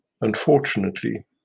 Unfortunately